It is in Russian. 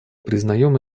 признаем